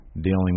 dealing